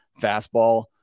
fastball